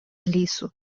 лісу